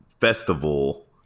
festival